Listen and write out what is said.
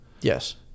Yes